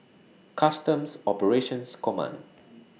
Customs Operations Command